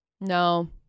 No